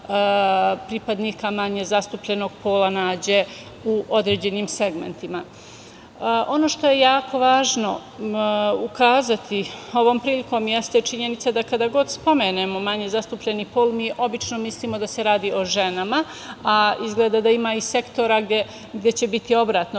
pripadnika manje zastupljenog pola nađe u određenim segmentima. Ono što je jako važno ukazati ovom prilikom, jeste činjenica da kada god spomenemo manje zatupljeni pol mi obično mislimo da se radi o ženama, a izgleda da ima i sektora gde će biti obrnuto,